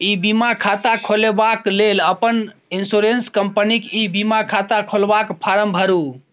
इ बीमा खाता खोलबाक लेल अपन इन्स्योरेन्स कंपनीक ई बीमा खाता खोलबाक फार्म भरु